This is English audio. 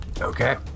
Okay